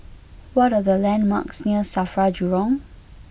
what are the landmarks near Safra Jurong